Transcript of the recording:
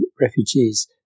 refugees